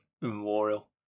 memorial